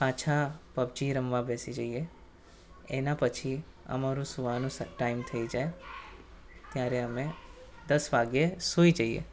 પાછાં પબજી રમવા બેસી જઈએ એના પછી અમારો સૂવાનો સ ટાઈમ થઈ જાય ત્યારે અમે દસ વાગ્યે સૂઈ જઈએ